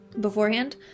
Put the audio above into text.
beforehand